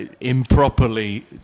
improperly